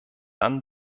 dann